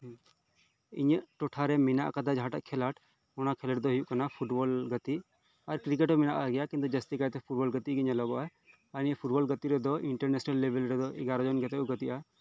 ᱤᱧᱟᱹᱜ ᱴᱚᱴᱷᱟ ᱨᱮ ᱢᱮᱱᱟᱜ ᱠᱟᱫᱟ ᱡᱟᱦᱟᱸᱴᱟᱜ ᱠᱷᱮᱞᱳᱰ ᱚᱱᱟ ᱠᱷᱤᱞᱳᱰ ᱫᱚ ᱦᱩᱭᱩᱜ ᱠᱟᱱᱟ ᱯᱷᱩᱴᱵᱚᱞ ᱜᱟᱛᱮᱜ ᱟᱨ ᱠᱨᱤᱠᱮᱴ ᱦᱚᱸ ᱢᱮᱱᱟᱜ ᱠᱟᱫᱟ ᱡᱟᱹᱥᱛᱤ ᱫᱚ ᱯᱷᱩᱴᱵᱚᱞ ᱜᱟᱛᱮᱜ ᱜᱮ ᱧᱮᱞᱚᱜᱚᱜᱼᱟ ᱟᱨ ᱱᱤᱭᱟᱹ ᱯᱷᱩᱴᱵᱚᱞ ᱜᱟᱛᱮᱜ ᱨᱮᱫᱚ ᱤᱱᱴᱟᱨᱱᱮᱥᱚᱱᱟᱞ ᱞᱮᱵᱮᱞ ᱨᱮᱫᱚ ᱮᱜᱟᱨᱳ ᱡᱚᱱ ᱠᱟᱛᱮᱜ ᱠᱚ ᱜᱟᱛᱮᱜᱼᱟ